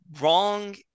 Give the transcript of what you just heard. wrong